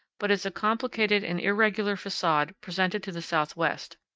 but is a complicated and irregular facade presented to the southwest.